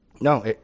no